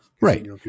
Right